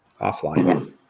offline